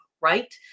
right